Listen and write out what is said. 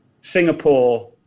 Singapore